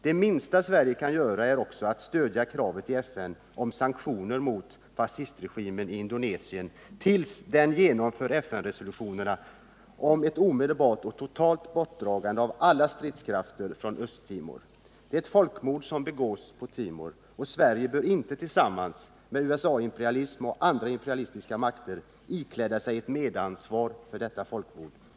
Det minsta Sverige kan göra är också att stödja kravet i FN på sanktioner mot fascistregimen i Indonesien tills den genomför FN-resolutionerna om ett omedelbart och totalt bortdragande av alla stridskrafter från Östra Timor. Det är ett folkmord som begås på Timor, och Sverige bör inte tillsammans med USA-imperialismen och andra imperialistiska makter ikläda sig ett medansvar för detta folkmord.